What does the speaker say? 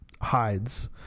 hides